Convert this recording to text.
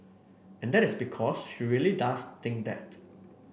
and that is because she really does think that